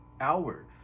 hour